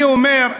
אני אומר,